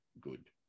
good